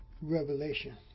revelation